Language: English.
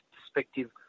perspective